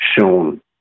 shown